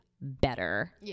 better